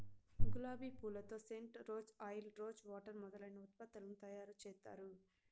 గులాబి పూలతో scent, rose oil, rose water మొదలైన ఉత్పత్తులను తయారు చేత్తారు